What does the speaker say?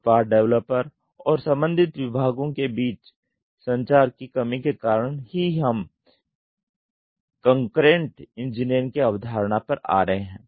उत्पाद डेवलपर और संबंधित विभागों के बीच संचार की कमी के कारण ही हम हम कंकरेंट इंजीनियरिंग की अवधारणा पर आ रहे हैं